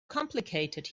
complicated